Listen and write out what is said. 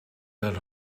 that